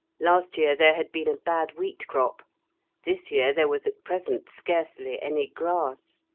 last year there had been a bad wheat crop this year there was at present scarcely any grass.